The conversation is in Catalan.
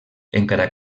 encara